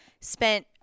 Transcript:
spent